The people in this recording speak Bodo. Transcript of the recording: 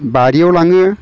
बारियाव लाङो